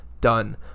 done